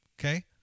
Okay